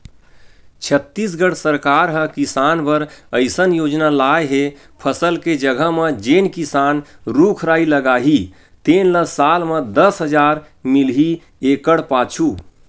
छत्तीसगढ़ सरकार ह किसान बर अइसन योजना लाए हे फसल के जघा म जेन किसान रूख राई लगाही तेन ल साल म दस हजार मिलही एकड़ पाछू